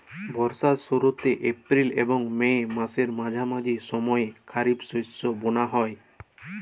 বর্ষার শুরুতে এপ্রিল এবং মে মাসের মাঝামাঝি সময়ে খরিপ শস্য বোনা হয়